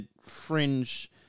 fringe